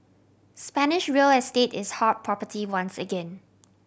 Spanish real estate is hot property once again